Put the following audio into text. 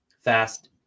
fast